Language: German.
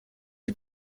die